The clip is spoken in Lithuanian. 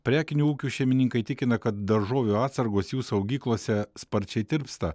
prekinių ūkių šeimininkai tikina kad daržovių atsargos jų saugyklose sparčiai tirpsta